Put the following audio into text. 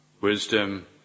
wisdom